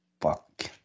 Fuck